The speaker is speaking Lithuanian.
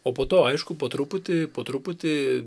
o po to aišku po truputį po truputį